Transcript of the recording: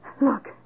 Look